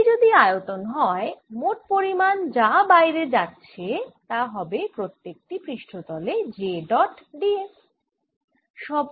এই যদি আয়তন হয় মোট পরিমাণ যা বাইরে যাচ্ছে তা হবে প্রত্যেক টি পৃষ্ঠতলে j ডট d s